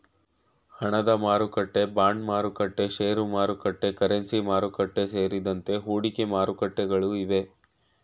ಹಣದಮಾರುಕಟ್ಟೆ, ಬಾಂಡ್ಮಾರುಕಟ್ಟೆ, ಶೇರುಮಾರುಕಟ್ಟೆ, ಕರೆನ್ಸಿ ಮಾರುಕಟ್ಟೆ, ಸೇರಿದಂತೆ ಹೂಡಿಕೆ ಮಾರುಕಟ್ಟೆಗಳು ಇವೆ